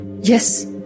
Yes